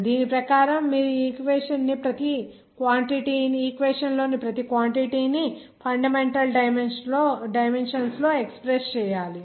దీని ప్రకారం మీరు ఈ ఈక్వేషన్ లోని ప్రతి క్వాంటిటీ ని ఫండమెంటల్ డైమెన్షన్స్ లో ఎక్స్ ప్రెస్ చేయాలి